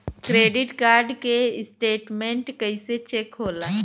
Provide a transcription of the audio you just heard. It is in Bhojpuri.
क्रेडिट कार्ड के स्टेटमेंट कइसे चेक होला?